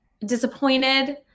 disappointed